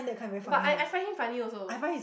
but I I find him funny also